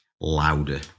louder